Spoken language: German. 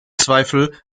zweifel